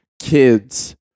kids